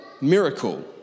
miracle